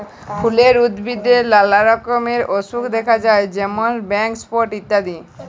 ফুলের উদ্ভিদে লালা রকমের অসুখ দ্যাখা যায় যেমল ব্ল্যাক স্পট ইত্যাদি